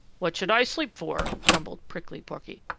what should i sleep for? grumbled prickly porky.